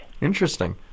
Interesting